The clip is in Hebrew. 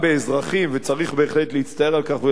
וצריך בהחלט להצטער על כך ולהביע צער,